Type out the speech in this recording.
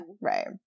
right